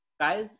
Guys